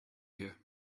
here